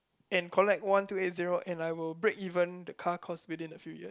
and collect one two eight zero and I will break even the car cost within a few years